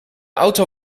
auto